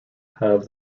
have